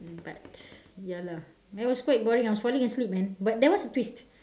but ya lah that was quite boring I was falling asleep man but there was a twist